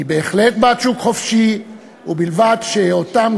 אני בהחלט בעד שוק חופשי, ובלבד שאותם